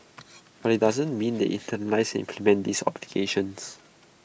but IT doesn't mean they internalise and implement these obligations